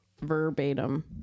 verbatim